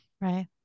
right